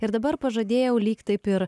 ir dabar pažadėjau lyg taip ir